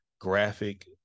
graphic